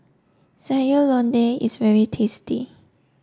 Sayur Lodeh is very tasty